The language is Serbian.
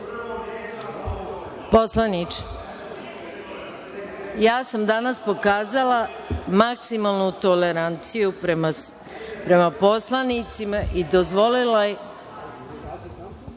Poslaniče, danas sam pokazala maksimalnu toleranciju prema poslanicima i dozvolila da